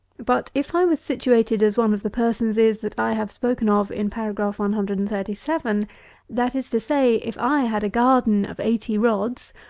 but if i was situated as one of the persons is that i have spoken of in paragraph one hundred and thirty seven that is to say, if i had a garden of eighty rods,